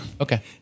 Okay